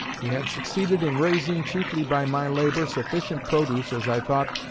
we had succeeded in raising, chiefly by my labor, sufficient produce, as i thought,